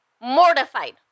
mortified